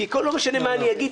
כי לא משנה מה אני אגיד,